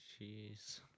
Jeez